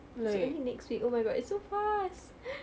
it's only next week oh my god it's so fast